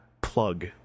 Plug